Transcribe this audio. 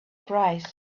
price